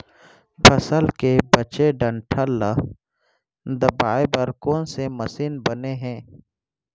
फसल के बचे डंठल ल दबाये बर कोन से मशीन बने हे?